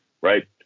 right